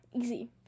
Easy